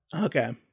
Okay